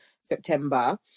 September